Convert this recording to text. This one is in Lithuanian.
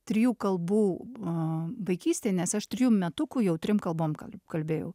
trijų kalbų a vaikystėje nes aš trijų metukų jau trim kalbom kal kalbėjau